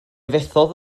fethodd